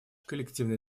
коллективный